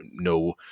no